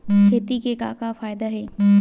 खेती से का का फ़ायदा हे?